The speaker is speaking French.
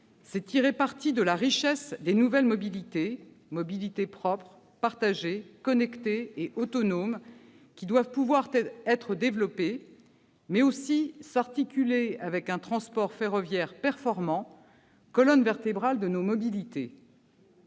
c'est tirer parti de la richesse des nouvelles mobilités. Ces mobilités propres, partagées, connectées et autonomes doivent pouvoir être développées, mais aussi s'articuler avec un transport ferroviaire performant, colonne vertébrale de nos mobilités.